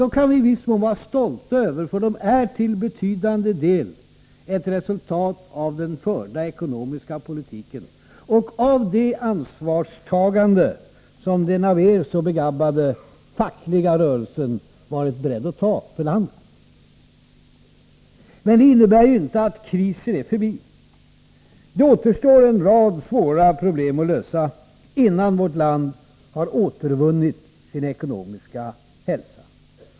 Vi kan också vara stolta över dem, för de är till betydande del ett resultat av den förda ekonomiska politiken och det ansvar som den av er så begabbade fackliga rörelsen varit beredd att ta för landet. Men det innebär inte att krisen är förbi. Det återstår en mängd svåra problem att lösa, innan vårt land har återvunnit sin ekonomiska hälsa.